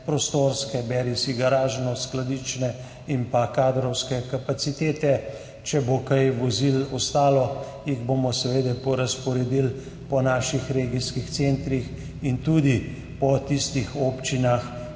prostorske, beri garažno-skladiščne, in kadrovske, kapacitete. Če bo kaj vozil ostalo, jih bomo seveda razporedili po naših regijskih centrih in tudi po tistih občinah,